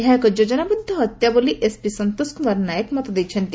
ଏହା ଏକ ଯୋଜନାବଦ୍ଧ ହତ୍ୟା ବୋଲି ଏସ୍ପି ସନ୍ତୋଷ କୁମାର ନାୟକ ମତ ଦେଇଛନ୍ତି